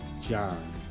John